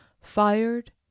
fired